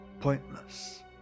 pointless